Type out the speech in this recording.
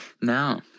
no